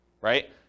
right